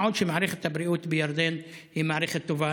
מה עוד שמערכת הבריאות בירדן היא מערכת טובה.